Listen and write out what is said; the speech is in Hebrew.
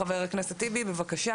חבר הכנסת טיבי בבקשה,